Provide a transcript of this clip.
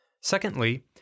Secondly